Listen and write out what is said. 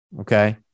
Okay